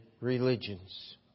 religions